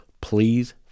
please